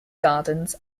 gardens